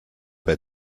bei